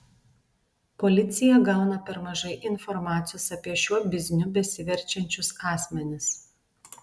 policija gauna per mažai informacijos apie šiuo bizniu besiverčiančius asmenis